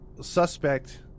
suspect